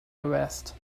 arrest